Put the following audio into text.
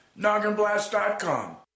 Nogginblast.com